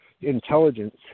intelligence